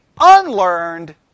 unlearned